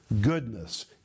goodness